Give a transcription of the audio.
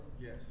Yes